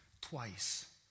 Twice